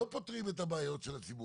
לא רק שלא פותרים את הבעיות של הציבור